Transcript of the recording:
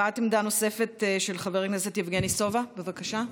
הבעת עמדה נוספת של חבר הכנסת יבגני סובה, בבקשה.